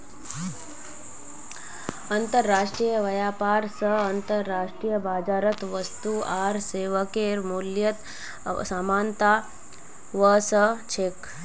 अंतर्राष्ट्रीय व्यापार स अंतर्राष्ट्रीय बाजारत वस्तु आर सेवाके मूल्यत समानता व स छेक